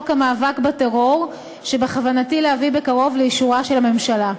המאבק בטרור שבכוונתי להביא בקרוב לאישורה של הממשלה.